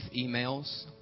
emails